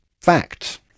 facts